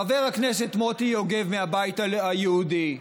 חבר הכנסת מוטי יוגב מהבית היהודי,